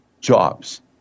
jobs